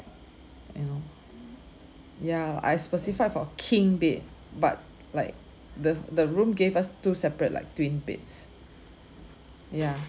you know ya I specified for king bed but like the the room gave us two separate like twin beds ya